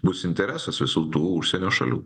bus interesas visų tų užsienio šalių